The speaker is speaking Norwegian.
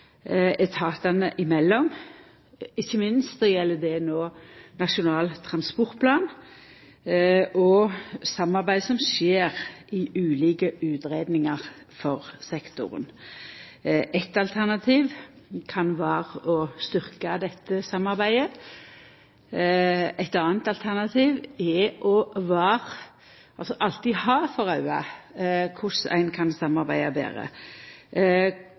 etatane imellom, ikkje minst gjeld det no Nasjonal transportplan og samarbeid som skjer i ulike utgreiingar for sektoren. Eitt alternativ kan vera å styrkja dette samarbeidet. Eit anna alternativ er alltid å ta sikte på korleis ein kan samarbeida betre.